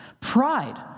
Pride